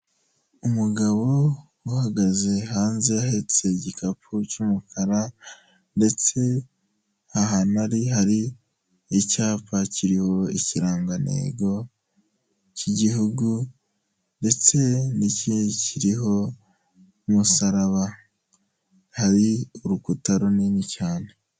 Umugabo uhagaze hanze ahetse igikapu cy'umukara ndetse ahantu ari icyapa kiriho ikirangantego cy'Igihugu ndetse n'ikindi kiriho umusaraba, hari urukuta runini cyane.